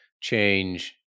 change